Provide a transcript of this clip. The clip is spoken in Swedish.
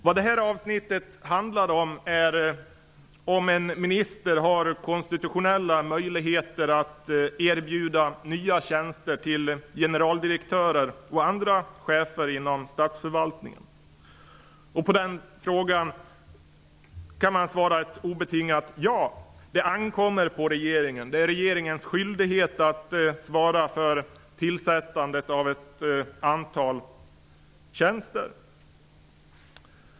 Vad detta avsnitt handlar om är om en minister har konstitutionella möjligheter att erbjuda nya tjänster till generaldirektörer och andra chefer inom statsförvaltningen. På den frågan kan man svara ett obetingat ja -- det ankommer på regeringen. Det är regeringens skyldighet att svara för tillsättandet av ett antal tjänster.